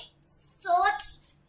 searched